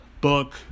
book